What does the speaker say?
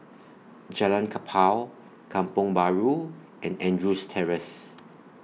Jalan Kapal Kampong Bahru and Andrews Terrace